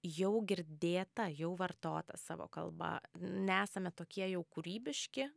jau girdėta jau vartotą savo kalba nesame tokie jau kūrybiški